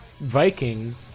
Viking